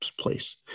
place